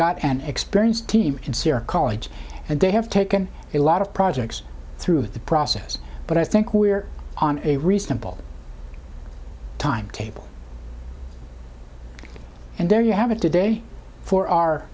got an experienced team in syria college and they have taken a lot of projects through the process but i think we're on a reasonable timetable and there you have it today for our